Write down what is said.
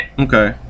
Okay